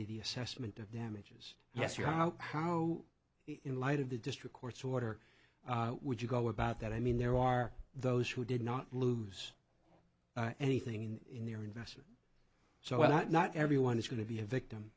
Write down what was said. be the assessment of damages yes or how how in light of the district court's order would you go about that i mean there are those who did not lose anything in their investor so that not everyone is going to be a victim